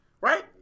right